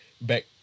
back